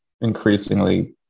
increasingly